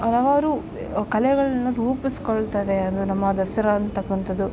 ಹಲವಾರು ಕಲೆಗಳನ್ನ ರೂಪಿಸ್ಕೊಳ್ತದೆ ಅದು ನಮ್ಮ ದಸರಾ ಅಂತಕಂಥದ್ದು